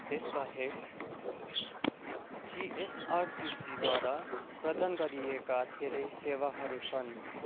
यस बाहेक जिएसआरटिसीद्वारा प्रदान गरिएका धेरै सेवाहरू छन्